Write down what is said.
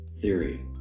theory